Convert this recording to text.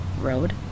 road